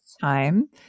time